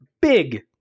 big